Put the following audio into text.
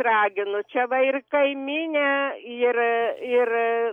raginu čia va ir kaimynę ir ir